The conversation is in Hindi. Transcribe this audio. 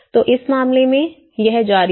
तो इस मामले में यह जारी था